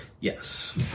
Yes